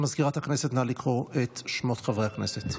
סגנית מזכיר הכנסת, נא לקרוא את שמות חברי הכנסת.